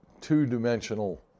two-dimensional